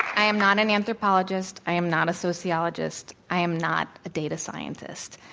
i i am not an anthropologist. i am not a sociologist. i am not a data scientist.